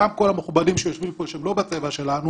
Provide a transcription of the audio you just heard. גם כל המכובדים שיושבים פה שהם לא בצבע שלנו,